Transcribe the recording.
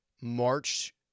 March